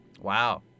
wow